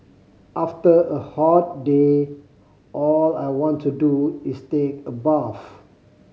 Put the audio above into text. after a hot day all I want to do is take a bath